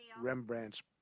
Rembrandt's